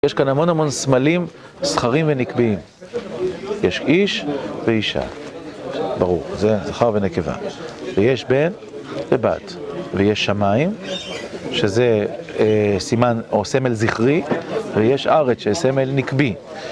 יש כאן המון המון סמלים, זכרים ונקביים, יש איש ואישה, ברור, זה זכר ונקבה, ויש בן ובת, ויש שמיים שזה סימן או סמל זכרי, ויש ארץ שזה סמל נקבי